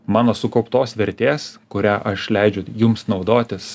mano sukauptos vertės kurią aš leidžiu jums naudotis